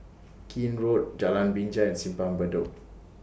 Keene Road Jalan Binja Simpang Bedok